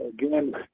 again